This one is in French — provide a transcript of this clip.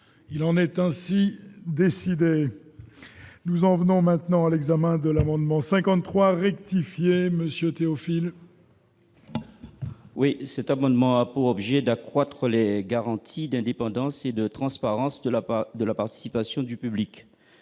il en est ainsi décidé, nous en venons maintenant à l'examen de l'amendement 53 rectifier Monsieur Théophile. Oui, cet amendement a pour objet d'accroître les garanties d'indépendance et de transparence de la part de la participation du public,